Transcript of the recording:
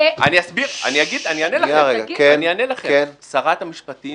האם --- אני אענה לכם: שרת המשפטים